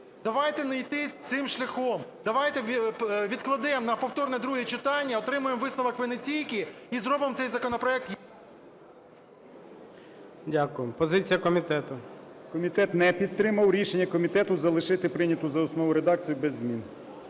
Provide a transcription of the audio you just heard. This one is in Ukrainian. Давайте не йти цим шляхом. Давайте відкладемо на повторне друге читання, отримаємо висновок Венеційки і зробимо цей законопроект… ГОЛОВУЮЧИЙ. Дякую. Позиція комітету. 14:00:10 БОЖИК В.І. Комітет не підтримав. Рішення комітету – залишити прийняту за основу редакцію без змін.